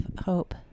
hope